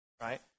Right